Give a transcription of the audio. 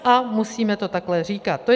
A musíme to takhle říkat.